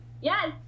yes